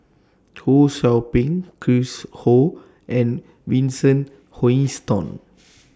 Ho SOU Ping Chris Ho and Vincent Hoisington